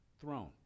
throne